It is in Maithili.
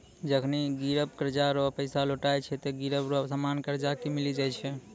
जखनि गिरब कर्जा रो पैसा लौटाय छै ते गिरब रो सामान कर्जदार के मिली जाय छै